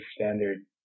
standard